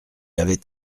avait